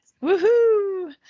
Woo-hoo